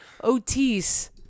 Otis